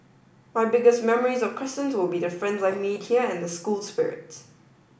my biggest memories of Crescent will be the friends I've made here and the school spirit